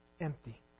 empty